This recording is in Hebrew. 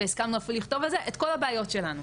והסכמנו אפילו לכתוב על זה את כל הבעיות שלנו,